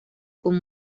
con